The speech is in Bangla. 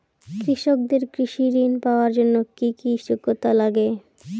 কৃষকদের কৃষি ঋণ পাওয়ার জন্য কী কী যোগ্যতা লাগে?